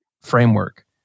framework